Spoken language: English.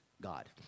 God